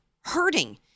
hurting